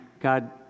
God